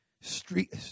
street